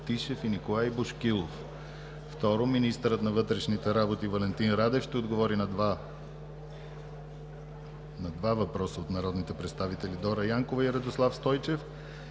Валентин Радев ще отговори на два въпроса от народните представители Дора Янкова и Радослав Стойчев